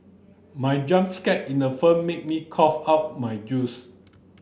my jump scare in the firm made me cough out my juice